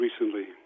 recently